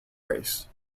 race